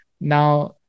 now